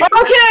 Okay